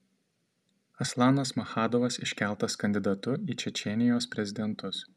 aslanas maschadovas iškeltas kandidatu į čečėnijos prezidentus